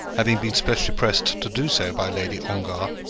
having been specially pressed to do so by lady ongar,